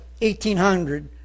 1800